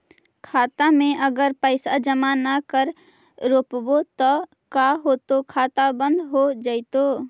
खाता मे अगर पैसा जमा न कर रोपबै त का होतै खाता बन्द हो जैतै?